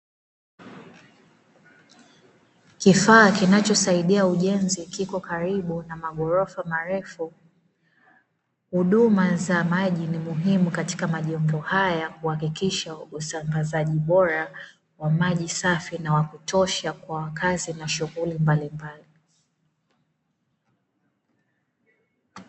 Kifaa kinachosaidia ujenzi kipo karibu na maghorofa marefu, huduma za maji ni muhimu katika majengo haya kuhakikisha usambazaji bora wa maji safi na wa kutosha kwa wakazi na shughuli mbalimbali.